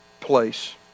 place